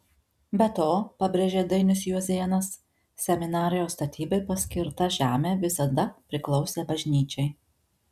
be to pabrėžė dainius juozėnas seminarijos statybai paskirta žemė visada priklausė bažnyčiai